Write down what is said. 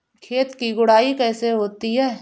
खेत की गुड़ाई कैसे होती हैं?